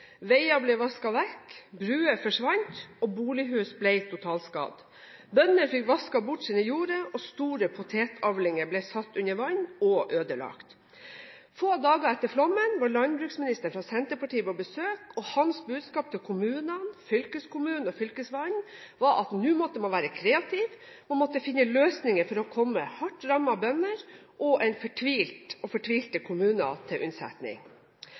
ble vasket vekk, broer forsvant og bolighus ble totalskadd. Bøndene fikk vasket bort jordene sine, og store potetavlinger ble satt under vann og ødelagt. Få dager etter flommen var landbruksministeren fra Senterpartiet på besøk, og hans budskap til kommunene, fylkeskommunen og Fylkesmannen var at man nå måtte være kreativ. Man måtte finne løsninger for å komme hardt rammede bønder og fortvilte kommuner til unnsetning.